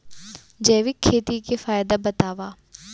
जैविक खेती के फायदा बतावा?